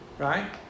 right